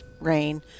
rain